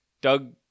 Doug